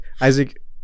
Isaac